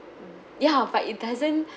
ya but it doesn't